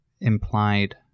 implied